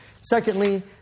Secondly